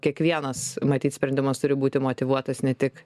kiekvienas matyt sprendimas turi būti motyvuotas ne tik